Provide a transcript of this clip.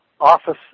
office